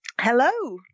Hello